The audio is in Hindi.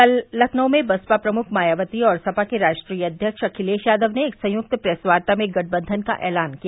कल लखनऊ में बसपा प्रमुख मायावती और सपा के राष्ट्रीय अध्यक्ष अखिलेश यादव ने एक संयुक्त प्रेसवार्ता में गठबंधन का ऐलान किया